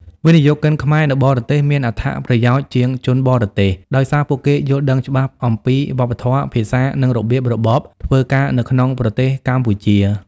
វិនិយោគិនខ្មែរនៅបរទេសមានអត្ថប្រយោជន៍ជាងជនបរទេស ដោយសារពួកគេយល់ដឹងច្បាស់អំពីវប្បធម៌ ភាសា និងរបៀបរបបធ្វើការនៅក្នុងប្រទេសកម្ពុជា។